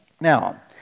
Now